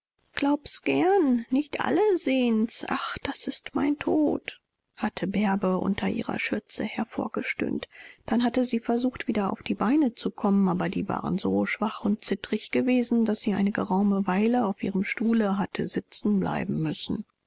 glaub's gern nicht alle sehen's ach das ist mein tod hatte bärbe unter ihrer schürze hervorgestöhnt dann hatte sie versucht wieder auf die beine zu kommen aber die waren so schwach und zitterig gewesen daß sie eine geraume weile auf ihrem stuhle hatte sitzen bleiben müssen